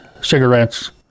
cigarettes